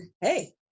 Hey